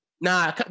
Nah